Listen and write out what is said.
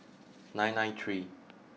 nine nine three